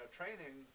training